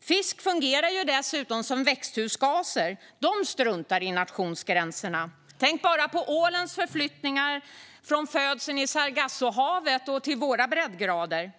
Fisk fungerar dessutom som växthusgaser; de struntar i nationsgränserna. Tänk bara på ålens förflyttningar från födseln i Sargassohavet till våra breddgrader!